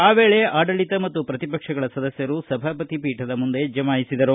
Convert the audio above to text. ಆ ವೇಳೆ ಆಡಳಿತ ಮತ್ತು ಪ್ರತಿಪಕ್ಷಗಳ ಸದಸ್ಯರು ಸಭಾಪತಿಯ ಪೀಠದ ಮುಂದೆ ಜಮಾಯಿಸಿದರು